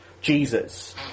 Jesus